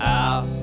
out